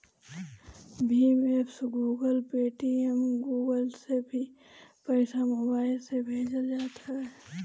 Bhim app, Google, Paytm, Google pay से पईसा mobile से भेजल जात हवे